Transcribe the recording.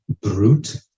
brute